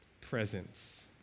presence